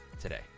today